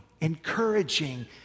encouraging